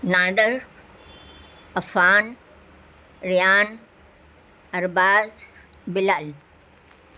Nadir Affan Rayan Arbaz Bilal